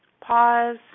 pause